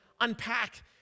unpack